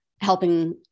helping